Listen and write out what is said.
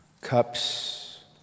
Cups